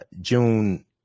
June